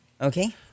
okay